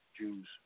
Jews